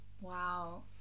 Wow